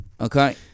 Okay